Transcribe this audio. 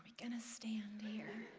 going to stand here?